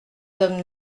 hommes